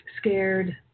scared